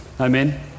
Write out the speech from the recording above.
Amen